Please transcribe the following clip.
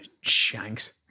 shanks